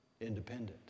independent